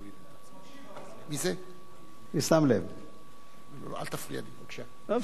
אל תפריע לי, בבקשה.